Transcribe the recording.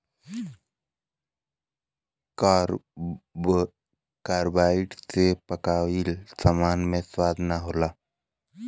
carbide से पकाइल सामान मे स्वाद ना होला